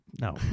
no